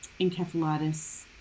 encephalitis